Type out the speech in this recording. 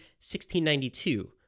1692